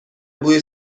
بوی